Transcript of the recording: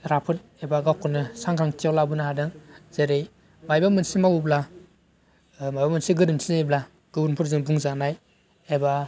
राफोद एबा गावखौनो सांग्रांथियाव लाबोनो हादों जेरै मायोबा मोनसे मावोब्ला माबा मोनसे गोरोन्थि जायोब्ला गुबुनफोरजों बुंजानाय एबा